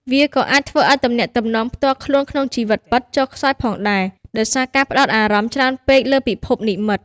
វាក៏អាចធ្វើឲ្យ ទំនាក់ទំនងផ្ទាល់ខ្លួនក្នុងជីវិតពិត ចុះខ្សោយផងដែរ ដោយសារការផ្តោតអារម្មណ៍ច្រើនពេកលើពិភពនិម្មិត។